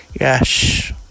Yes